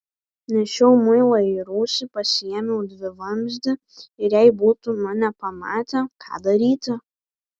nešiau muilą į rūsį pasiėmiau dvivamzdį ir jei būtų mane pamatę ką daryti